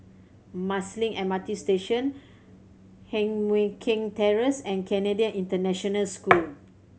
Marsiling M R T Station Heng Mui Keng Terrace and Canadian International School